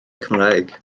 cymraeg